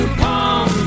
palm